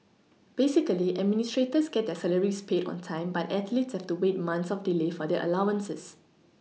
basically administrators get their salaries paid on time but athletes have to wait months of delay for their allowances